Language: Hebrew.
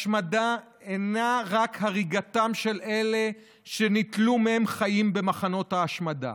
השמדה אינה רק הריגתם של אלה שניטלו מהם חיים במחנות ההשמדה,